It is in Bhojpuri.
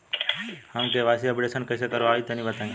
हम के.वाइ.सी अपडेशन कइसे करवाई तनि बताई?